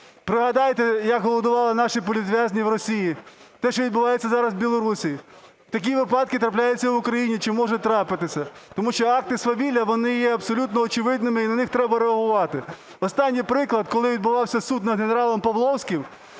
Пригадайте, як голодували наші політв'язні в Росії, те, що відбувається зараз в Білорусі. Такі випадки трапляються і в Україні, чи можуть трапитися, тому що акти свавілля, вони є абсолютно очевидними і на них треба реагувати. Останній приклад, коли відбувався суд над генералом Павловським,